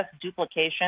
duplication